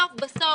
בסוף-בסוף,